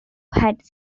had